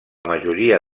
majoria